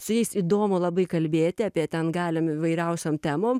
su jais įdomu labai kalbėti apie ten galim įvairiausiom temom